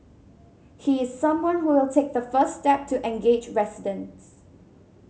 he is someone who will take the first step to engage residents